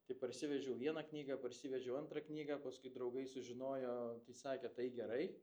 tai parsivežiau vieną knygą parsivežiau antrą knygą paskui draugai sužinojo tai sakė tai gerai